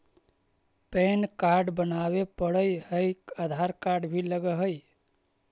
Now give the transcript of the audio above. Pan card बनावे पडय है आधार कार्ड भी लगहै?